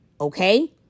Okay